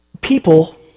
people